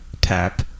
tap